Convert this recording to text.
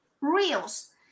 reels